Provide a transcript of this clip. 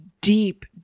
deep